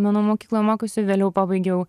menų mokykloj mokiausi vėliau pabaigiau